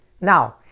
Now